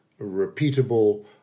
repeatable